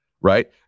Right